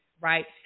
right